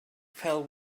fell